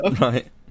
right